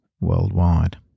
worldwide